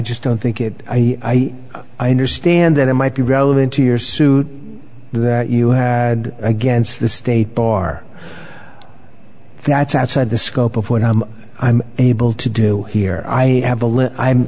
just don't think it i understand that it might be relevant to your suit that you had against the state bar that's outside the scope of what i'm able to do here i have a